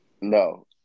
No